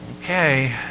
okay